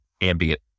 ambient